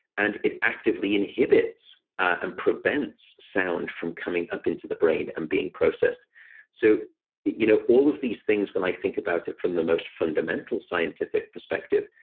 and it actively inhibits and prevents sound from coming up into the brain and being processed so you know all of these things, when i think about it from the most fundamental scientific perspective,